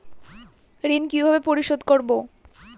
ঋণ কিভাবে পরিশোধ করব?